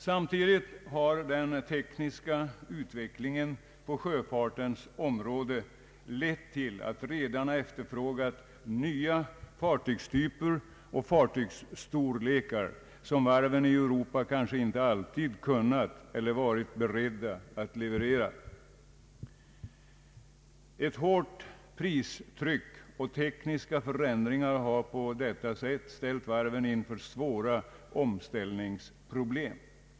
Samtidigt har den tekniska utvecklingen på sjöfartens område lett till att redarna efterfrågat nya fartygstyper och fartygsstorlekar som varven i Europa kanske inte alltid kunnat eller varit beredda att leverera. Ett hårt pristryck och tekniska förändringar har på detta sätt ställt varven inför svåra omställningsproblem.